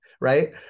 right